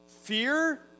Fear